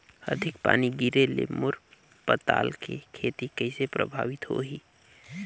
अधिक पानी गिरे ले मोर पताल के खेती कइसे प्रभावित होही?